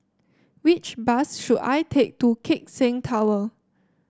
which bus should I take to Keck Seng Tower